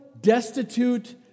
destitute